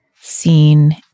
seen